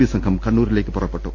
B സംഘം കണ്ണൂരിലേക്ക് പുറപ്പെട്ടു